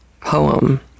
poem